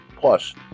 Plus